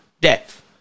death